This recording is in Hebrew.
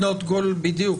בדיוק.